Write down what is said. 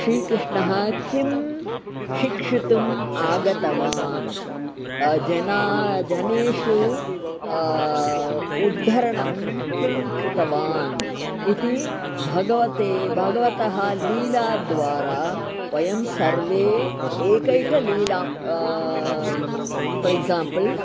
श्रीकृष्णः किं शिक्षितुम् आगतवान् जना जनेषु उद्धरणं किं कृतवान् इति भगवते भगवतः लीलाद्वारा वयं सर्वे एकैकां लीलां फ़रेग्जा़म्पल्